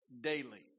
daily